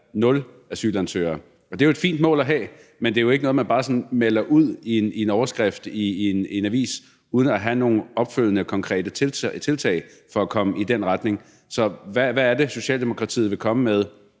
nul asylansøgere. Det er jo et fint mål at have, men det er ikke noget, man bare sådan melder ud i en overskrift i en avis uden at have nogle opfølgende konkrete tiltag for at komme i den retning. Så hvad er det, Socialdemokratiet vil komme med